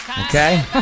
Okay